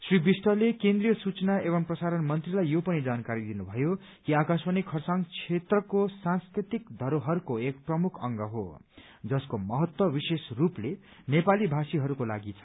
श्री विष्टले केन्द्रीय सूचना एवं प्रसारण मन्त्रीलाई यो पनि जानकारी दिनुभयो कि आकाशवाणी खरसाङ क्षेत्रको सांस्कृतिक धरोहरको एक प्रमुख अंग हो जसको महत्व विशेष स्रपले नेपाली भाषीहरूको लागि छ